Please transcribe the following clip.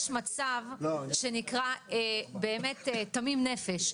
יש מצב שנקרא באמת תמים נפש,